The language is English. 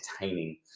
entertaining